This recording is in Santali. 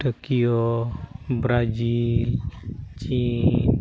ᱴᱳᱠᱤᱭᱳ ᱵᱨᱟᱡᱤᱞ ᱪᱤᱱ